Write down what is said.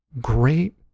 great